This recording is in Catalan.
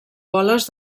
boles